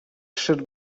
should